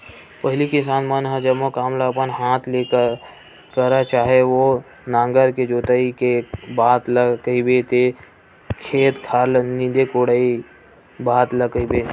पहिली किसान मन ह जम्मो काम ल अपन हात ले करय चाहे ओ नांगर के जोतई के बात ल कहिबे ते खेत खार ल नींदे कोड़े बात ल कहिबे